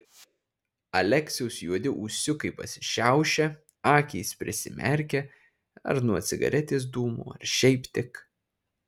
aleksiaus juodi ūsiukai pasišiaušia akys prisimerkia ar nuo cigaretės dūmų ar šiaip tik